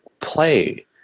play